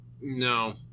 No